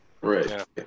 Right